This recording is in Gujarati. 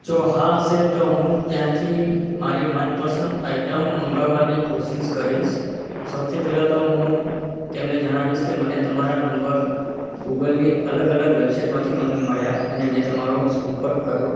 જો હા હશે તો હું ત્યાંથી મારી મનપસંદ આઈટમ મગાવાની કોશિશ કરીશ સૌથી પહેલાં તો હું તેમને જણાવીશ કે મને તમારા નંબર ગૂગલની અલગ અલગ વૅબસાઇટમાંથી મને મળ્યા અને મેં તમારો સંપર્ક કર્યો